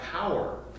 power